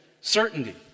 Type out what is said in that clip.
certainty